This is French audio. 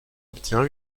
obtient